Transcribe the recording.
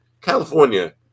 California